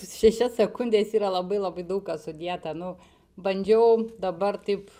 šešias sekundes yra labai labai daug kas sudėta nu bandžiau dabar taip